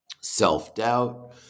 self-doubt